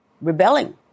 rebelling